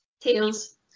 tails